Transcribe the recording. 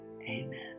amen